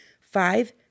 five